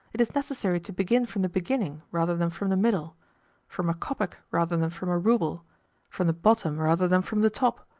it is necessary to begin from the beginning rather than from the middle from a kopeck rather than from a rouble from the bottom rather than from the top.